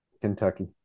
Kentucky